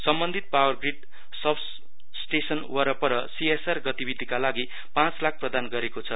सम्बन्धित power grid substation वरपर C S R गतिविधिका लागि पाँच लाख प्रदान गरेको छ